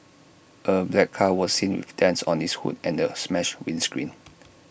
A black car was seen with dents on its hood and A smashed windscreen